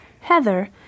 Heather